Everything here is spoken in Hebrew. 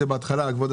לעזוב.